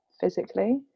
physically